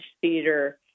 theater